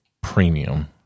premium